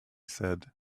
said